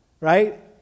right